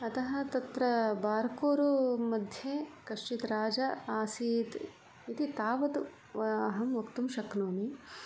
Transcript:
अतः तत्र बार्कोरु मध्ये कश्चित् राजा आसीत् इति तावत् अहं वक्तुं शक्नोमि